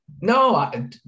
No